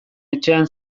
etxean